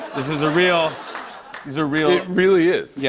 this is a real these are real it really is. yeah